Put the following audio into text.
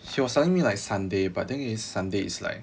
he was telling me like sunday but thing is sunday is like